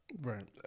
Right